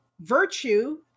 virtue